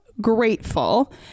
grateful